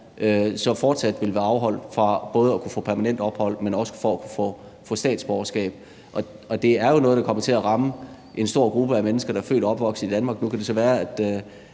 så fortsat vil være afholdt fra både at kunne få permanent ophold, men også fra at kunne få statsborgerskab. Det er jo noget, der kommer til at ramme en stor gruppe af mennesker, der er født og opvokset i Danmark. Nu kan det så være,